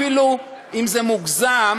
אפילו אם זה מוגזם,